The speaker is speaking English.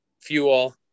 fuel